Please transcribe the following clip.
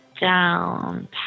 down